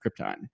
Krypton